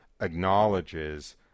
acknowledges